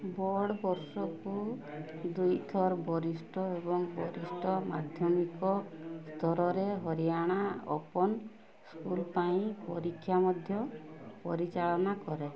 board ବର୍ଷକୁ ଦୁଇଥର ବରିଷ୍ଠ ଏବଂ ବରିଷ୍ଠ ମାଧ୍ୟମିକ ସ୍ତରରେ ହରିୟାଣା ଓପନ୍ ସ୍କୁଲ୍ ପାଇଁ ପରୀକ୍ଷା ମଧ୍ୟ ପରିଚାଳନା କରେ